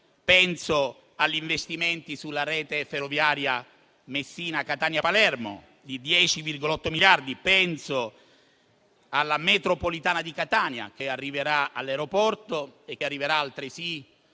Penso agli investimenti sulla rete ferroviaria Messina-Catania-Palermo di 10,8 miliardi; penso alla metropolitana di Catania, che arriverà all'aeroporto e che arriverà altresì